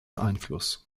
einfluss